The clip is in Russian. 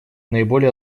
наиболее